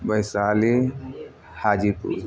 Vaishali Hajipur